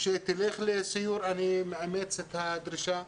שתלך לסיור, אני מאמץ את הדרישה.